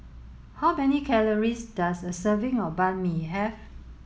how many calories does a serving of Banh Mi have